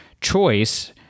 choice